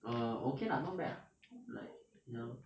err okay lah not bad like you know